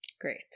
Great